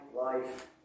life